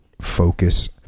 focus